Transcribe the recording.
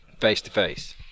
face-to-face